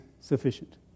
sufficient